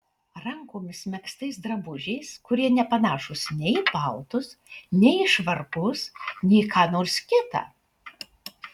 rankomis megztais drabužiais kurie nepanašūs nei į paltus nei į švarkus nei į ką nors kita